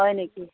হয় নেকি